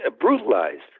brutalized